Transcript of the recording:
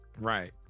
right